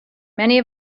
many